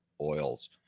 oils